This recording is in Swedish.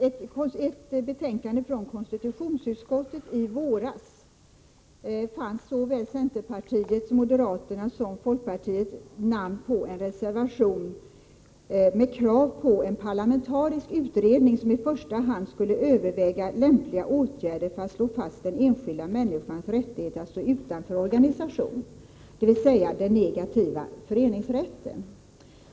I ett betänkande från konstitutionsutskottet i våras fanns såväl centerpartiets, moderaternas som folkpartiets ledamöter med på en reservation med krav på en parlamentarisk utredning, som i första hand skulle överväga lämpliga åtgärder för att slå fast den enskilda människans rättighet att stå utanför en organisation, dvs. den negativa föreningsrätten.